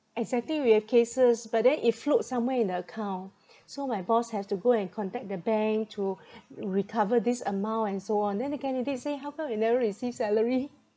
exactly we have cases but then it float somewhere in the account so my boss has to go and contact the bank to recover this amount and so on then the candidate say how come we never receive salary